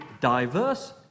diverse